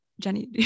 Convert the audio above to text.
Jenny